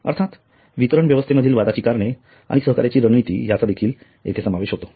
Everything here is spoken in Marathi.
अर्थात वितरण व्यवस्थेमधील वादाची करणे आणि सहकार्याची रणनीती याचा देखील येथे समावेश होतो